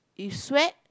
you sweat